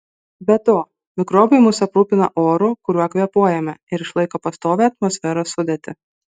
be to mikrobai mus aprūpina oru kuriuo kvėpuojame ir išlaiko pastovią atmosferos sudėtį